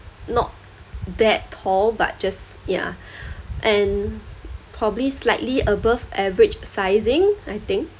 not that tall but just ya and probably slightly above average sizing I think